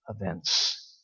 events